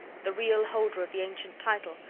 the real holder of the ancient title,